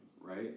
right